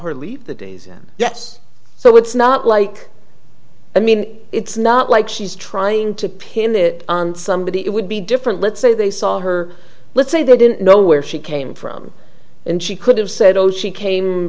her leave the days yes so it's not like i mean it's not like she's trying to pin it on somebody it would be different let's say they saw her let's say they didn't know where she came from and she could have said oh she came